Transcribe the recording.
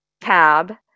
tab